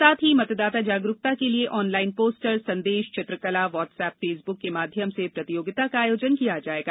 साथ ही मतदान जागरूकता के लिए ऑनलाइन पोस्टर संदेश चित्रकला व्हाटसएप फेसबुक के माध्यम से प्रतियोगिता का आयोजन किया जाएगा